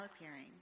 appearing